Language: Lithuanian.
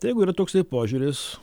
tai jeigu yra toksai požiūris